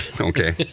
okay